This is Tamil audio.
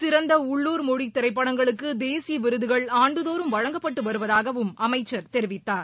சிறந்த உள்ளூர் மொழி திரைப்படங்களுக்கு தேசிய விருதுகள் ஆண்டு தோறும் வழங்கப்பட்டு வருவதாகவும் அமைச்சர் தெரிவித்தார்